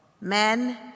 men